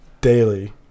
Daily